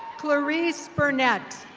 clarice bernet.